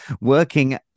working